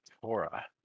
Torah